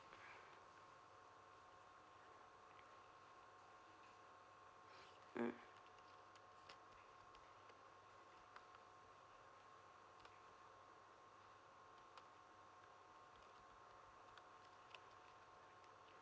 mm